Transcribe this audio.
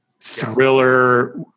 thriller